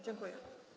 Dziękuję.